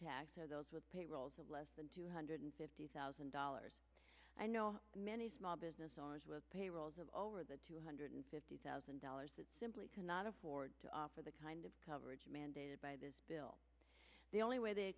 tax are those with payrolls of less than two hundred fifty thousand dollars i know many small business owners with payrolls of over the two hundred fifty thousand dollars that simply cannot afford to offer the kind of coverage mandated by this bill the only way they